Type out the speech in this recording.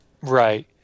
Right